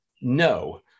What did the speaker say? No